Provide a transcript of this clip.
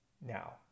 Now